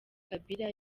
kabila